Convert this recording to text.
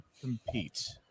compete